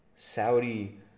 Saudi